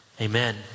amen